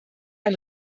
ein